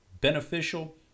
beneficial